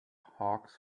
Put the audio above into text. hawks